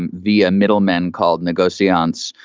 and the ah middlemen called negotiations,